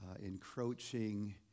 encroaching